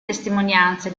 testimonianze